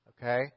okay